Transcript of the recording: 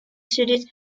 series